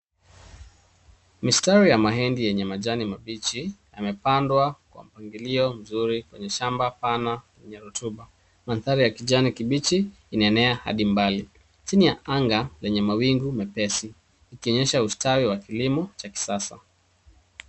Mistari ya mahindi yenye majani mabichi yamepandwa kwa mpangilio mzuri kwenye shamba pana yenye rutuba. Mandhari ya kijani kibichi inaenea hadi mbali, chini ya anga lenye mawingu mepesi, ikionyesha ustawi wa kilimo cha kisasa.